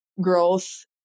growth